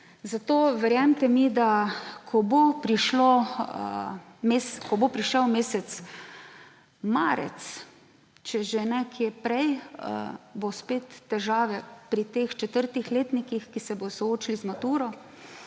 Zato, verjemite mi, ko bo prišel mesec marec, če že ne kaj prej, bodo spet težave pri teh četrtih letnikih, ki se bojo soočili z maturo.